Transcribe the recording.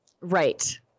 Right